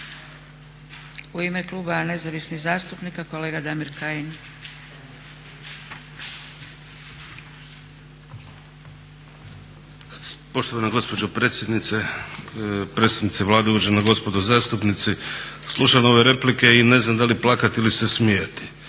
U ime Kluba nezavisnih zastupnika kolega Damir Kajin. **Kajin, Damir (ID - DI)** Poštovana gospođo potpredsjednice, predsjednice Vlade, uvažena gospodo zastupnici. Slušam ove replike i ne znam da li plakati ili se smijati,